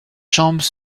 jambes